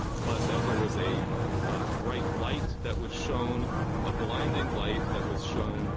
but that there was a bright light that was shown a blinding light that was shown